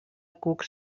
cucs